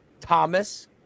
Thomas